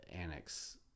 annex